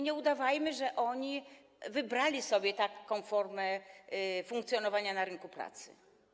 Nie udawajmy więc, że sami wybrali sobie taką formę funkcjonowania na rynku pracy.